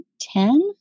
ten